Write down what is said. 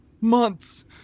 Months